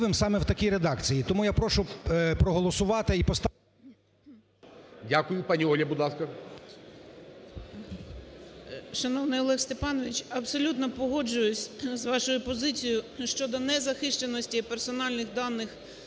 Дякую. Пані Оля, будь ласка.